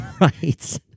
right